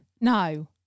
No